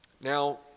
Now